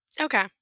Okay